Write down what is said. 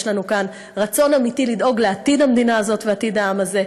יש לנו כאן רצון אמיתי לדאוג לעתיד המדינה הזאת ולעתיד העם הזה.